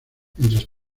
mientras